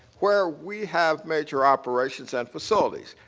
where we have major operations and facilities.